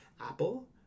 Apple